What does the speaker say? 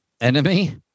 enemy